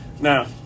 Now